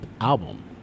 album